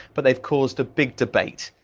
but they've caused a big debate.